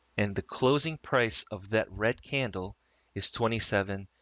and the closing price of that red candle is twenty seven,